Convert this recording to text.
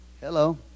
Hello